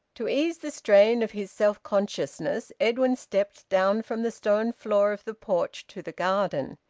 to ease the strain of his self-consciousness edwin stepped down from the stone floor of the porch to the garden.